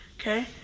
Okay